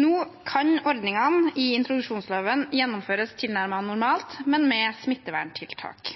Nå kan ordningene i introduksjonsloven gjennomføres tilnærmet normalt, men med smitteverntiltak.